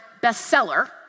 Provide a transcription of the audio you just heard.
bestseller